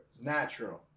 natural